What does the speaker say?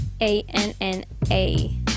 A-N-N-A